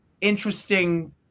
interesting